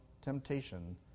temptation